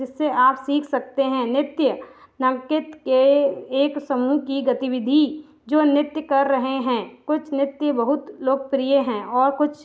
जिससे आप सीख सकते हैं नृत्य नम्कित के एक समूह की गतिविधि जो नृत्य कर रहे हैं कुछ नृत्य बहुत लोकप्रिय हैं और कुछ